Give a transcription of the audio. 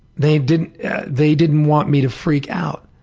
they didn't they didn't want me to freak out,